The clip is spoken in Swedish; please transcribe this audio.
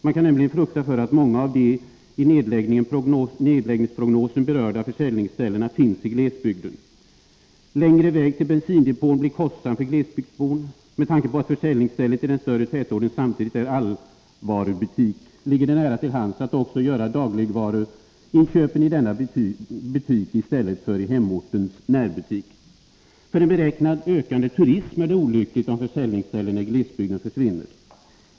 Man kan nämligen frukta att många av de i nedläggningsprognosen berörda försäljningsställena finns i glesbygden. Längre väg till bensindepån blir kostsam för glesbygdsbon. Med tanke på att försäljningsstället i den större tätorten samtidigt är ”allvarubutik” ligger det nära till hands att också göra dagligvaruinköpen i denna butik i stället för i hemortens närbutik. För en beräknad ökande turism är det olyckligt om försäljningsställena i glesbygden försvinner.